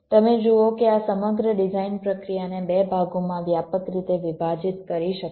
તમે જુઓ કે આ સમગ્ર ડિઝાઇન પ્રક્રિયાને 2 ભાગોમાં વ્યાપક રીતે વિભાજિત કરી શકાય છે